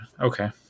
Okay